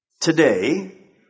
Today